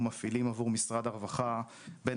אנחנו מפעילים עבור משרד הרווחה בין